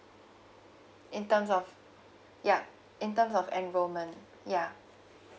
in terms of ya in terms of enrollment ya